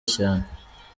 cyane